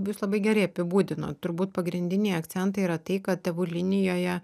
jūs labai gerai apibūdinot turbūt pagrindiniai akcentai yra tai kad tėvų linijoje